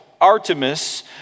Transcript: Artemis